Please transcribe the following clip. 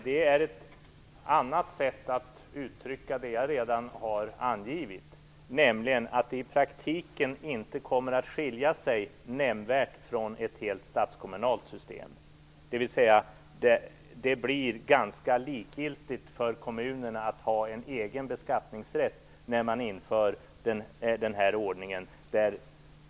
Det är ett annat sätt att uttrycka det som jag redan angivit, nämligen att det i praktiken inte kommer att skilja sig nämnvärt från ett rent statskommunalt system, dvs. att det blir ganska likgiltigt för kommunerna att ha en egen beskattningsrätt när man inför den här ordningen.